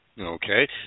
Okay